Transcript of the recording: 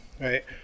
right